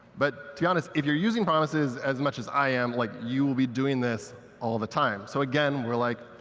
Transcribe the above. but to be honest, if you're using promises as much as i am, like you'll be doing this all the time. so again, we're like,